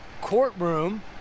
courtroom